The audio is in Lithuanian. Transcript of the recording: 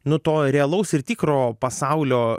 nu to realaus ir tikro pasaulio